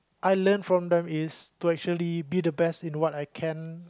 I learn from them is to actually be the best in what I can